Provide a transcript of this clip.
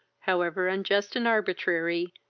however unjust and arbitrary,